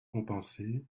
compenser